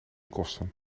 kosten